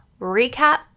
Recap